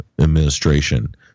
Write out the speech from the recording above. administration